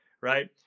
right